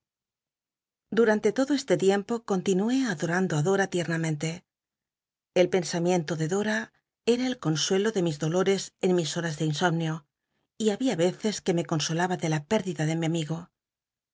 duranle todo este tiempo con tinué adomndo á dora tiernamen te el pensamiento de dora era el consuelo de mis dolores en mis hol'a ele insomnio y había veces que me consolaba de la pér clida de mi am